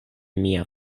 mia